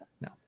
No